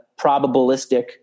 probabilistic